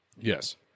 Yes